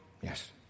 Yes